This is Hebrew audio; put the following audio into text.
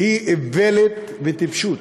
היא איוולת וטיפשות,